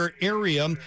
area